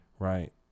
Right